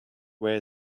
where